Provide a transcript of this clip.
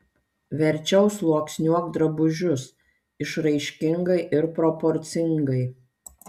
verčiau sluoksniuok drabužius išraiškingai ir proporcingai